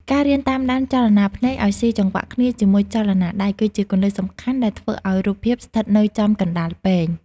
ការរៀនតាមដានចលនាភ្នែកឱ្យស៊ីចង្វាក់គ្នាជាមួយចលនាដៃ គឺជាគន្លឹះសំខាន់ដែលធ្វើឱ្យរូបភាពស្ថិតនៅចំកណ្តាលពែង។